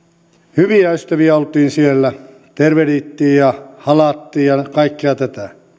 hyviä ystäviä oltiin siellä tervehdittiin ja halattiin ja kaikkea tätä